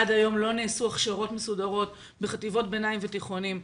עד היום לא נעשו הכשרות מסודרות בחטיבות ביניים ותיכונים.